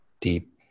deep